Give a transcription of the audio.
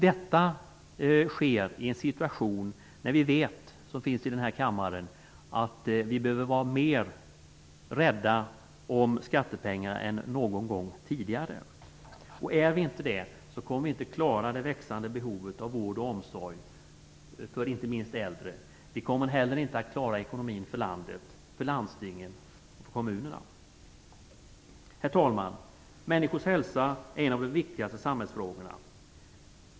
Detta sker i en situation där vi vet att vi behöver vara mer rädda om skattepengar än någon gång tidigare. Är vi inte det kommer vi inte att klara det växande behovet av vård och omsorg för inte minst äldre. Vi kommer inte heller att klara ekonomin för landet, landstingen och kommunerna. Herr talman! Människors hälsa är en av de viktigaste samhällsfrågorna.